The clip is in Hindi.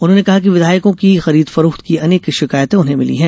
उन्होंने कहा कि विधायकों की खरीद फरोख्त की अनेक शिकायतें उन्हें मिली हैं